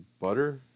butter